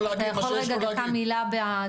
אתה יכול רגע, דקה מילה.